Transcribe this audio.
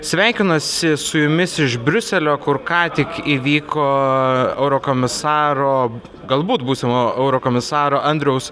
sveikinuosi su jumis iš briuselio kur ką tik įvyko eurokomisaro galbūt būsimo eurokomisaro andriaus